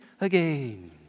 again